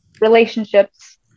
relationships